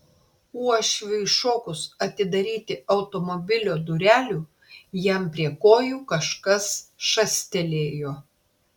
uošviui šokus atidaryti automobilio durelių jam prie kojų kažkas šastelėjo